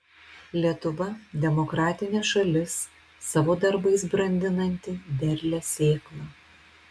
lietuva demokratinė šalis savo darbais brandinanti derlią sėklą